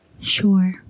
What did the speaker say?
Sure